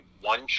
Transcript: one